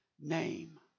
name